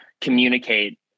communicate